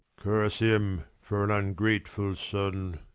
curse him, for an ungrateful son.